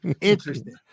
interesting